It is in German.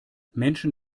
menschen